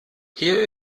hier